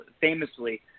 famously